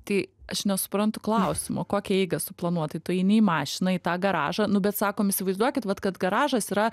tai aš nesuprantu klausimo kokią eigą suplanuot tai tu eini į mašiną į tą garažą nu bet sakom įsivaizduokit vat kad garažas yra